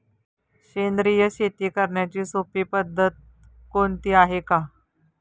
सेंद्रिय शेती करण्याची सोपी पद्धत कोणती आहे का?